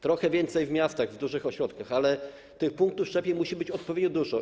Trochę więcej w miastach, w dużych ośrodkach, ale tych punktów szczepień musi być odpowiednio dużo.